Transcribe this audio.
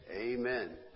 Amen